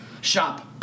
shop